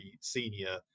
senior